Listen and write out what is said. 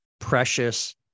precious